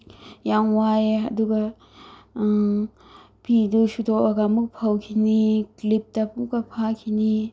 ꯌꯥꯝ ꯋꯥꯏꯑꯦ ꯑꯗꯨꯒ ꯐꯤꯗꯨ ꯁꯨꯗꯣꯛꯑꯒ ꯑꯃꯨꯛ ꯐꯧꯈꯤꯅꯤ ꯀ꯭ꯂꯤꯞꯇ ꯑꯃꯨꯛꯀ ꯐꯥꯈꯤꯅꯤ